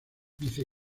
vice